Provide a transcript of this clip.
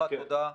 אחת, תודה.